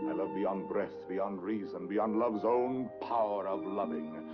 i love beyond breath, beyond reason, beyond love's own power of loving.